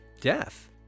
death